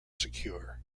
secure